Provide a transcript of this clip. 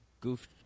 Goof